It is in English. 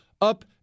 up